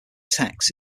texts